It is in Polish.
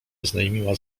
oznajmiła